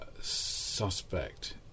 suspect